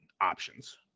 options